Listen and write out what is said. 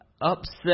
upset